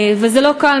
וזה לא קל,